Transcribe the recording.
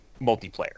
multiplayer